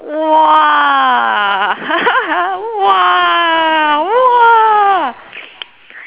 !wah! !wah! !wah!